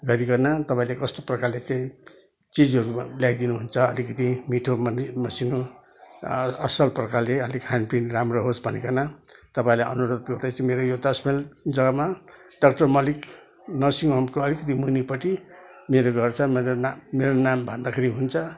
गरिकन तपाईँले कस्तो प्रकारले चाहिँ चिजहरूमा ल्याइदिनुहुन्छ अलिकति मिठो माने मसिनो अ असल प्रकारले अलिक खानपिन राम्रो होस् भनिकन तपाईँहरूलाई अनुरोध गर्दै मेरो यो दस माइल जग्गामा डाक्टर मलिक नर्सिङ होमको अलिक मुनिपट्टि मेरो घर छ मेरो नाम मेरो नाम भन्दाखेरि हुन्छ